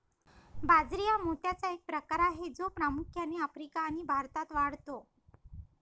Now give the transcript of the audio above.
बाजरी हा मोत्याचा एक प्रकार आहे जो प्रामुख्याने आफ्रिका आणि भारतात वाढतो